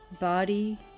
body